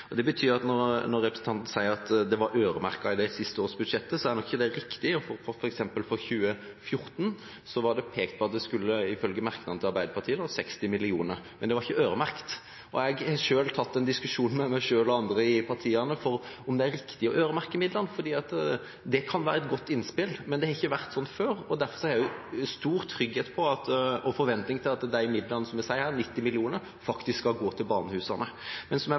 Det betyr at når representanten sier at de var øremerket i de siste års budsjetter, så er ikke det riktig. For 2014 skulle det f.eks. ifølge merknadene fra Arbeiderpartiet være 60 mill. kr. Men pengene var ikke øremerket. Jeg har tatt en diskusjon med meg selv og andre i partiene om det er riktig å øremerke midlene. Det kan godt være et godt innspill, men det har ikke vært sånn før, og derfor har jeg stor trygghet for og forventning til at de midlene som det er snakk om her, 90 mill. kr, faktisk går til barnehusene. Men som jeg